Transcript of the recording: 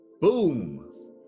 boom